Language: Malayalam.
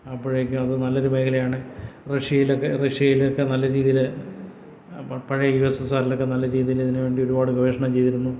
അപ്പോഴേക്കും അത് നല്ലൊരു മേഖലയാണ് റഷ്യയിലൊക്കെ റഷ്യയിലൊക്കെ നല്ല രീതിയില് പ് പഴയ യു എസ് എസ് ആറിലൊക്കെ നല്ല രീതിയില് ഇതിനുവേണ്ടി ഒരുപാട് ഗവേഷണം ചെയ്തിരുന്നു